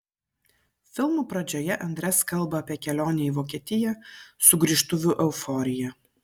filmo pradžioje andres kalba apie kelionę į vokietiją sugrįžtuvių euforiją